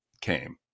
came